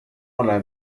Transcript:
online